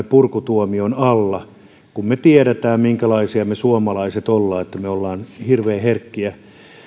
purkutuomion alla kun me tiedämme minkälaisia me suomalaiset olemme että me olemme hirveän herkkiä kritisoitumaan